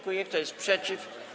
Kto jest przeciw?